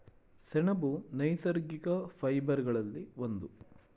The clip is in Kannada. ಸೆಣಬು ನೈಸರ್ಗಿಕ ಫೈಬರ್ ಗಳಲ್ಲಿ ಒಂದು